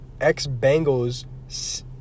ex-Bengals